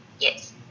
Yes